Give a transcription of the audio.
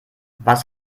was